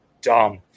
dumb